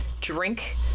drink